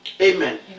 Amen